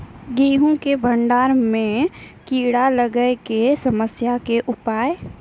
गेहूँ के भंडारण मे कीड़ा लागय के समस्या के उपाय?